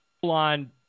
full-on